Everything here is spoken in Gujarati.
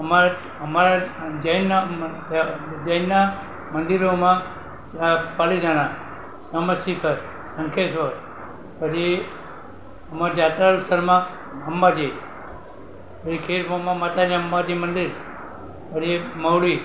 અમારે અમારા જૈનનાં જૈનના મંદિરોમાં આ પાલીતાણા સમ્મેત શિખર શંખેશ્વર પછી અમારા જાત્રા સ્થળમાં અંબાજી પછી ખેડબ્રહ્મા માતા અંબાજી મંદિર પછી મહુડી